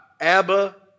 Abba